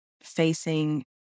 facing